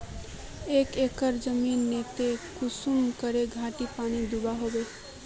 एक एकर जमीन नोत कुंसम करे घंटा पानी दुबा होचए?